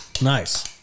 Nice